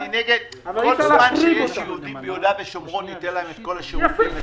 כל זמן שיש יהודים ביהודה ושומרון ניתן להם את כל השירותים,